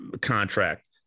contract